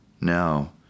Now